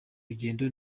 rugendo